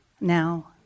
now